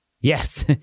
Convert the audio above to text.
Yes